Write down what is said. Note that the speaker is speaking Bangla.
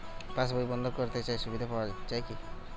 পাশ বই বন্দ করতে চাই সুবিধা পাওয়া যায় কি?